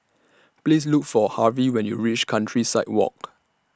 Please Look For Harvie when YOU REACH Countryside Walk